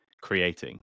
creating